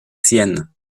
siennes